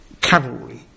cavalry